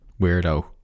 weirdo